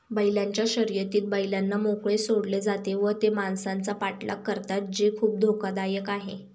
बैलांच्या शर्यतीत बैलांना मोकळे सोडले जाते व ते माणसांचा पाठलाग करतात जे खूप धोकादायक आहे